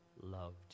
loved